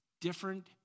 different